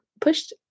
pushed